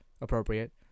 appropriate